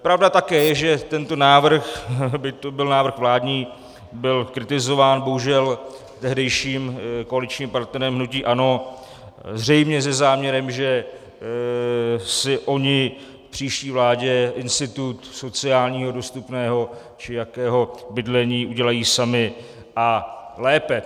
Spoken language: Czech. Pravda také je, že tento návrh, byť to byl návrh vládní, byl kritizován bohužel tehdejším koaličním partnerem, hnutím ANO, zřejmě se záměrem, že si oni v příští vládě institut sociálního dostupného či jakého bydlení udělají sami a lépe.